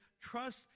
trust